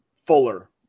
Fuller